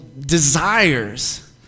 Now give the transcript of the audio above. desires